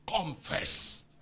Confess